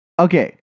Okay